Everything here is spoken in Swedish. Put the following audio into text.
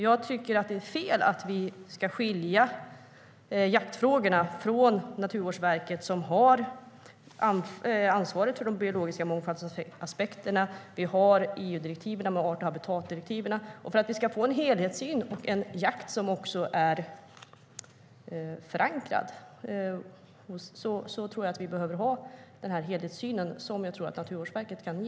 Jag tycker att det är fel att Naturvårdsverket ska skiljas från jaktfrågorna, eftersom man har ansvaret för de biologiska mångfaldsaspekterna. Det finns också EU:s art och habitatdirektiv. För att det ska bli en helhetssyn och en förankrad jakt behövs Naturvårdsverket.